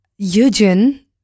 Yujin